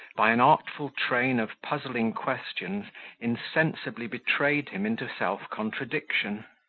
by an artful train of puzzling questions insensibly betrayed him into self-contradiction.